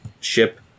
ship